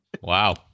Wow